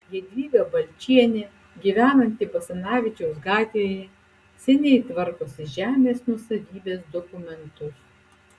jadvyga balčienė gyvenanti basanavičiaus gatvėje seniai tvarkosi žemės nuosavybės dokumentus